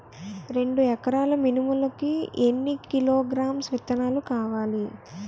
రెండు ఎకరాల మినుములు కి ఎన్ని కిలోగ్రామ్స్ విత్తనాలు కావలి?